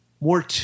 more